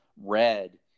red